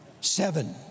seven